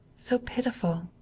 so pitiful!